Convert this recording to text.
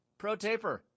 ProTaper